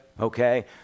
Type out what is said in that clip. okay